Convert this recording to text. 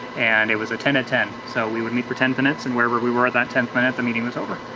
and it was a ten at ten. so we would meet for ten minutes and wherever we were at that tenth minute, the meeting was over.